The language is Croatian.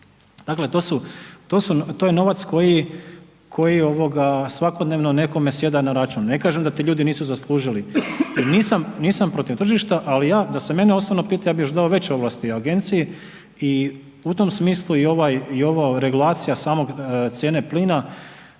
to su, to je novac koji ovoga svakodnevno nekome sjeda na račun, ne kažem da ti ljudi nisu zaslužili. I nisam protiv tržišta, ali ja, da se mene osobno pita ja bi još dao veće ovlasti agenciji i u tom smislu i ovaj regulacija samog cijene plina